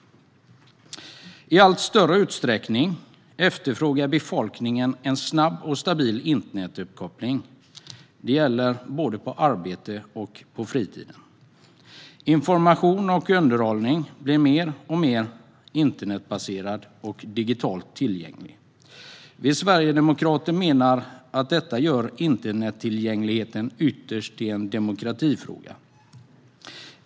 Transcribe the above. I allt större utsträckning efterfrågar befolkningen en snabb och stabil internetuppkoppling. Det gäller både på arbetet och på fritiden. Information och underhållning blir mer och mer internetbaserad och digitalt tillgänglig. Vi sverigedemokrater menar att detta ytterst gör internettillgängligheten till en demokratifråga.